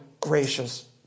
gracious